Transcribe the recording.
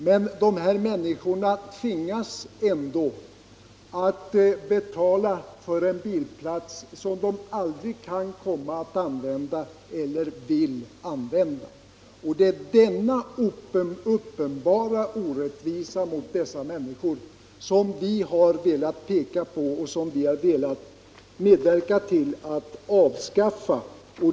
Men de här människorna tvingas ändå att betala för en bilplats som de aldrig kan komma att använda eller vill använda. Det är denna uppenbara orättvisa som vi har velat peka på och medverka till att avskaffa.